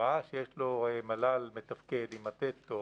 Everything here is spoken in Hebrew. ראה שיש לו מל"ל מתפקד עם מטה טוב,